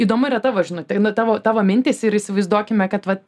įdomu yra tavo žinutė na tavo tavo mintys ir įsivaizduokime kad vat